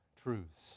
truths